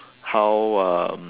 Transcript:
how um